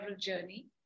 journey